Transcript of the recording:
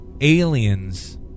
aliens